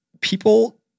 people